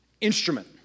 instrument